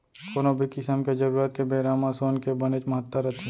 कोनो भी किसम के जरूरत के बेरा म सोन के बनेच महत्ता रथे